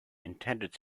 intended